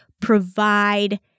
provide